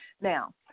Now